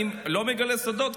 אני לא מגלה סודות,